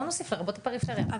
בוא נוסיף לרבות הפריפריה.